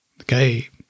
Okay